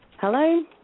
Hello